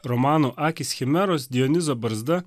romanų akys chimeros dionizo barzda